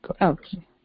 Okay